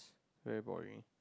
very boring